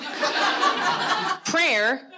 Prayer